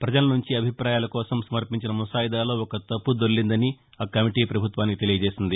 ప్రజల నుంచి అభిప్రాయల కోసం సమర్పించిన ముసాయిదాలో ఒక తప్పు దొర్లిందని ఆ కమిటీ ప్రభుత్వానికి తెలియజేసింది